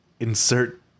Insert